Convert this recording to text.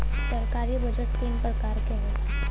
सरकारी बजट तीन परकार के होला